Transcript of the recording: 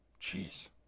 Jeez